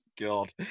God